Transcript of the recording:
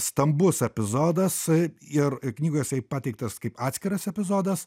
stambus epizodas a ir knygoj jisai pateiktas kaip atskiras epizodas